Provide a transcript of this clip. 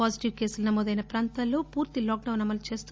positive కేసులు నమోదైన ప్రాంతాల్లో పూర్తి లాక్ డౌస్ అమలు చేస్తూ